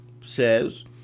says